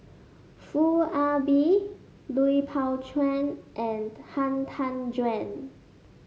Foo Ah Bee Lui Pao Chuen and Han Tan Juan